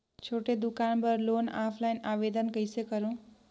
छोटे दुकान बर लोन ऑफलाइन आवेदन कइसे करो?